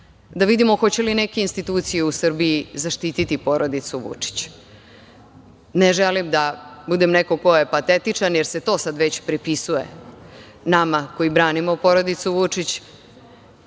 Da vidimo hoće li neke institucije u Srbiji zaštiti porodicu Vučić. Ne želim da budem neko ko je patetičan, jer se to sad već pripisuje nama, koji branimo porodicu Vučić,